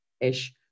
ish